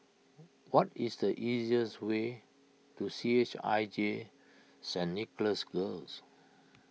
what is the easiest way to C H I J Saint Nicholas Girls